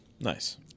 Nice